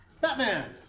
Batman